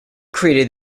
created